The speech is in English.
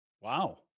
wow